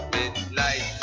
Midnight